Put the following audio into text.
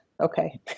Okay